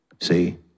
see